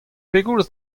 pegoulz